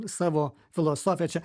savo filosofiją čia